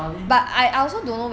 I mean